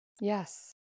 Yes